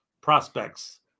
prospects